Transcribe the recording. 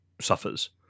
suffers